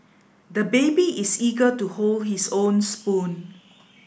the baby is eager to hold his own spoon